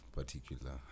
particular